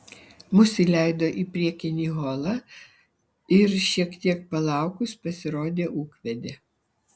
mus įleido į priekinį holą ir šiek tiek palaukus pasirodė ūkvedė